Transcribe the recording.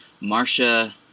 Marcia